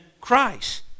Christ